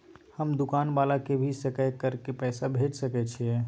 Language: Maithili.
हम दुकान वाला के भी सकय कर के पैसा भेज सके छीयै?